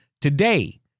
today